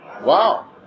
Wow